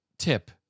tip